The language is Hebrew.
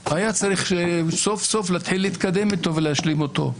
היה צריך סוף-סוף להתחיל להתקדם איתו ולהשלים אותו.